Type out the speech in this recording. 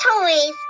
toys